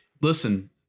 listen